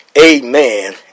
Amen